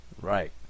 right